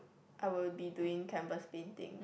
I will be doing canvas painting